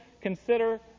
consider